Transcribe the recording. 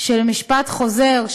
של משפט חוזר,